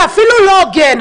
זה אפילו לא הוגן.